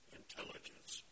intelligence